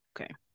Okay